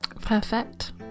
Perfect